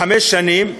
חמש שנים,